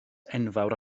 enfawr